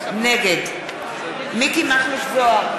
נגד מכלוף מיקי זוהר,